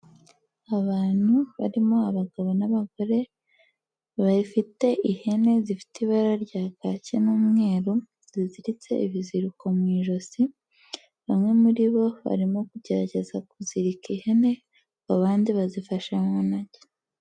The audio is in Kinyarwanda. Abantu barimo abagabo n'abagore, bafite ihene zifite ibara rya kaki n'umweru, ziziritse ibiziriko mu ijosi, bamwe muri bo barimo kugerageza kuzirika ihene, abandi bazifashe mu ntoki.